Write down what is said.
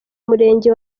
murenge